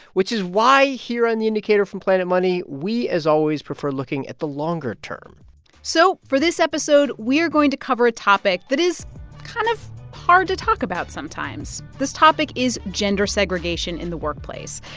which is why here on the indicator from planet money, we, as always, prefer looking at the longer term so for this episode, we're going to cover a topic that is kind of hard to talk about sometimes. this topic is gender segregation in the workplace.